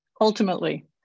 Ultimately